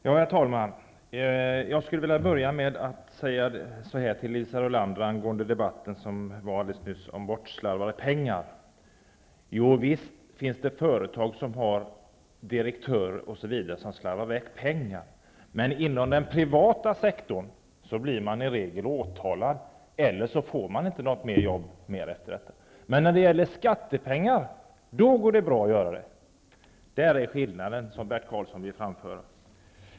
Herr talman! Jag skulle vilja börja med att säga så här till Liisa Rulander angående debatten om bortslarvade pengar: Visst finns det företag som har direktörer som slarvar bort pengar. Men inom den privata sektorn blir man i regel åtalad, eller så får man inte något nytt jobb. Men när det gäller skattepengar går det bra att göra det. Det är skillnaden, som Bert Karlsson ville framföra.